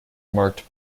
marked